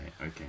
Okay